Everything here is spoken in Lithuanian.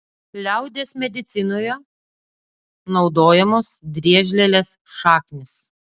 liaudies medicinoje naudojamos driežlielės šaknys